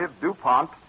DuPont